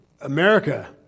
America